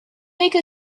make